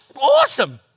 awesome